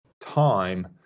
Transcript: time